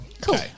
Cool